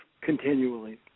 continually